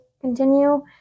continue